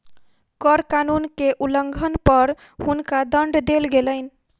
कर कानून के उल्लंघन पर हुनका दंड देल गेलैन